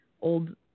old